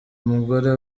umugore